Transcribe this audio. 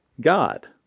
God